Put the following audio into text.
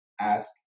ask